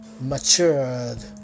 matured